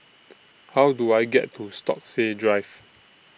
How Do I get to Stokesay Drive